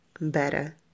better